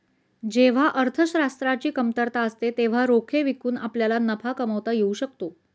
जेव्हा अर्थशास्त्राची कमतरता असते तेव्हा रोखे विकून आपल्याला नफा कमावता येऊ शकतो